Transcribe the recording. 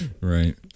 Right